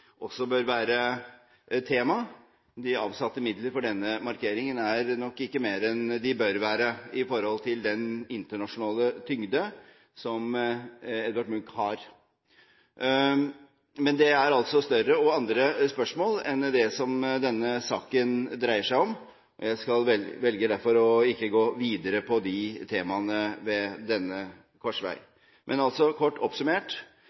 også bør være et tema. De avsatte midler til denne markeringen er nok ikke mer enn de bør være i forhold til Edvard Munchs internasjonale tyngde. Men dette er altså større og andre spørsmål enn det som denne saken dreier seg om, og jeg velger derfor å ikke gå videre på de temaene ved denne korsvei. Men altså: Kort oppsummert